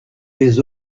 les